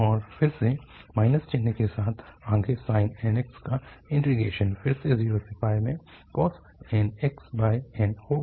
तो फिर से चिन्ह के साथ आगे sin nx का इंटीग्रेशन फिर से 0 से में cos nx n होगा